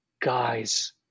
guys